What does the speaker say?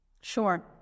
Sure